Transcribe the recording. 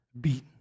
beaten